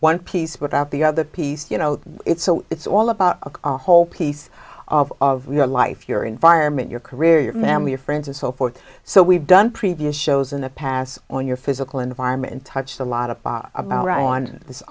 one piece without the other piece you know it's so it's all about a whole piece of your life your environment your career your memory your friends and so forth so we've done previous shows in the past on your physical environment touched a lot of